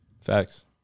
Facts